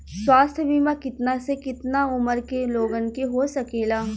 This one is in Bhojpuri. स्वास्थ्य बीमा कितना से कितना उमर के लोगन के हो सकेला?